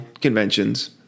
conventions